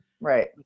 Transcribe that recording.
Right